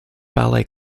ballet